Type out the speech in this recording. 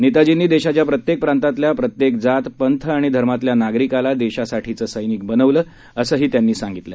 नेताजींनी देशाच्या प्रत्येक प्रांतातल्या प्रत्येक जात पंथ आणि धर्मातल्या नागरिकाला देशासाठीचं सैनिक बनवलं असं ते म्हणाले